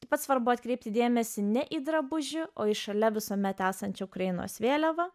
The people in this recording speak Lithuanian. taip pat svarbu atkreipti dėmesį ne į drabužių o į šalia visuomet esančių ukrainos vėliavą